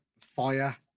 Fire